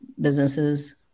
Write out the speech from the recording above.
businesses